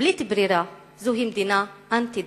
ובלית ברירה זוהי מדינה אנטי-דמוקרטית.